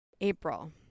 April